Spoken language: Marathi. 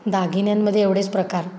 दागिन्यांमध्ये एवढेच प्रकार